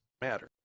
matter